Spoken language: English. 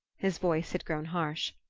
his voice had grown harsh.